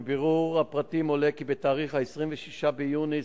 מבירור הפרטים עולה כי בתאריך 26 ביוני,